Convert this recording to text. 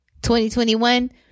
2021